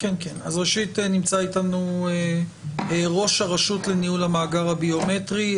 ראשית נמצא איתנו ראש הרשות לניהול המאגר הביומטרי,